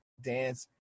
dance